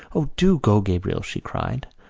o, do go, gabriel, she cried.